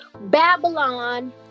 Babylon